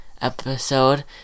episode